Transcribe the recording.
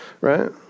Right